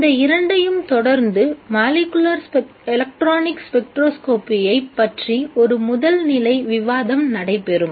இந்த இரண்டையும் தொடர்ந்து மாலிக்குலர் எலக்ட்ரானிக் ஸ்பெக்ட்ரோஸ்கோப்பியைப் பற்றி ஒரு முதல்நிலை விவாதம் நடைபெறும்